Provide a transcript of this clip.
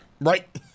Right